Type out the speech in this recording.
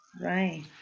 Right